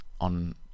on